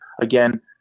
again